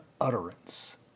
utterance